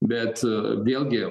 bet vėlgi